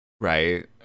right